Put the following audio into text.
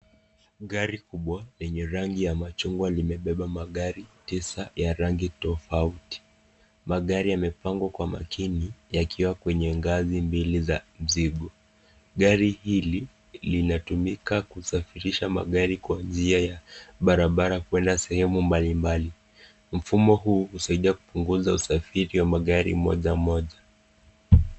Gari kubwa lenye gari ya machungwa limebeba magari tisa ya rangi tofauti. Magari yamepangwa kwa makini yakiwa kwenye ngazi mbili za mzigo. Gari hili linatumika kusafirisha magari kwa njia ya barabara kwenda sehemu mbali mbali. Mfumo huu husaidia kupunguza usafiri wa magari moja moja.